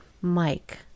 Mike